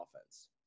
offense